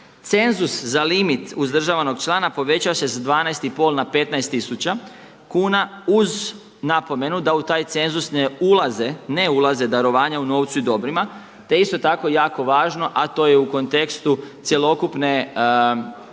Cenzus za limit uzdržavanog člana povećava se sa 12,5 na 15 tisuća kuna uz napomenu da u taj cenzus ne ulaze darovanja u novcu i dobrima, te isto tako jako važno, a to je u kontekstu cjelokupne